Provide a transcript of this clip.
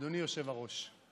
אדוני היושב-ראש,